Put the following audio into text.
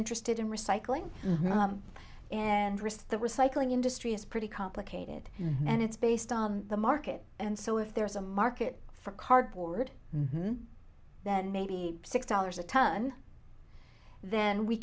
interested in recycling and rist the recycling industry is pretty complicated and it's based on the market and so if there's a market for cardboard then maybe six dollars a ton then we